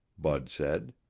bud said.